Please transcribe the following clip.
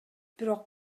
бирок